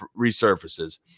resurfaces